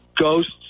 ghosts